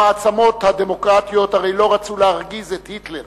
המעצמות הדמוקרטיות הרי לא רצו להרגיז את היטלר